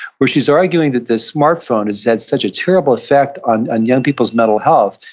where she's arguing that the smart phone has had such a terrible effect on and young people's mental health,